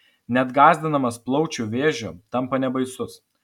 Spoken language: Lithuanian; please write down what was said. net gąsdinimas plaučių vėžiu tampa nebaisus